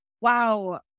wow